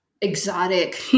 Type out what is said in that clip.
exotic